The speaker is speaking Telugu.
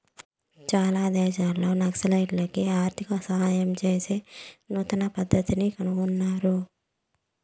చాలా దేశాల్లో నక్సలైట్లకి ఆర్థిక సాయం చేసే నూతన పద్దతిని కనుగొన్నారు